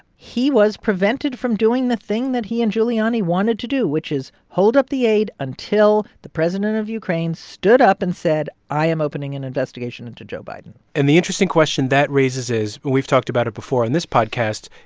he was prevented from doing the thing that he and giuliani wanted to do, which is hold up the aid until the president of ukraine stood up and said, i am opening an investigation into joe biden and the interesting question that raises is and we've talked about it before in this podcast.